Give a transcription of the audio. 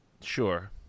Sure